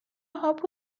هاپو